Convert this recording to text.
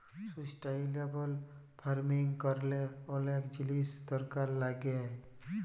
sustainable farming ক্যরলে অলেক জিলিস দরকার লাগ্যে